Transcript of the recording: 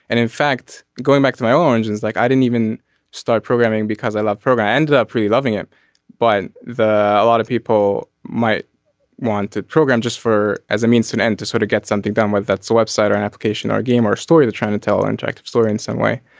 and in fact going back to my orange is like i didn't even start programming because i loved program ended up really loving it but the a lot of people might want to program just for as a means to an end to sort of get something done whether that's a website or an application or game or story trying to tell an attractive story in some way.